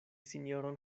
sinjoron